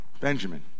Benjamin